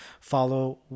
follow